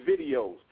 videos